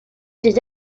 des